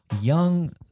young